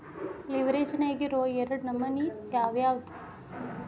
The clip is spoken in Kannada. ಲಿವ್ರೆಜ್ ನ್ಯಾಗಿರೊ ಎರಡ್ ನಮನಿ ಯಾವ್ಯಾವ್ದ್?